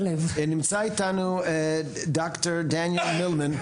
נמצא איתנו ד"ר דניאל מילמן,